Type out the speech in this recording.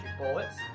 bullets